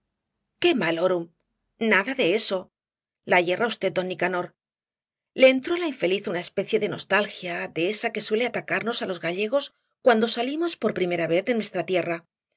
qué malorum nada de eso la yerra v don nicanor le entró á la infeliz una especie de nostalgia de esa que suele atacarnos á los gallegos cuando salimos por primera vez de nuestra tierra y